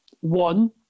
One